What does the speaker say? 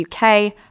UK